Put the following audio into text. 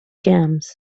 jams